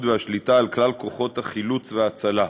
והשליטה על כלל כוחות החילוץ וההצלה.